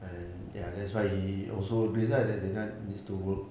and ya that's why he also decide that zina needs to work